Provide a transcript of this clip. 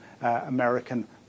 American